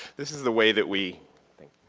this is the way that we